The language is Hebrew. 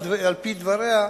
על-פי דבריה,